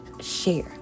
share